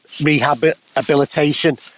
rehabilitation